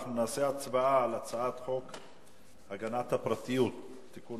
אנחנו נצביע על הצעת חוק הגנת הפרטיות (תיקון